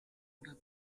oder